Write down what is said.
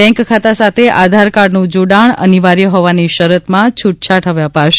bank ખાતા સાથે આધારકાર્ડનું જોડાણ અનિવાર્ય હોવાની શરતમાં છૂટછાટ ફવે અપાશે